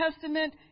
Testament